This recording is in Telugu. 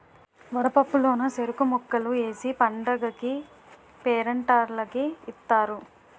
వడపప్పు లోన సెరుకు ముక్కలు ఏసి పండగకీ పేరంటాల్లకి ఇత్తారు